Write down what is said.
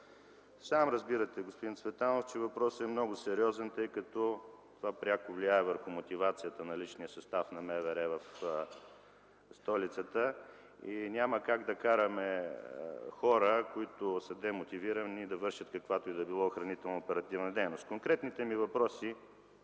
Сам разбирате, господин Цветанов, че въпросът е много сериозен, тъй като това пряко влияе на мотивацията на личния състав в МВР в столицата и няма как да караме хора, които са демотивирани, да вършат каквато и да било охранително-оперативна дейност. Конкретните ми въпроси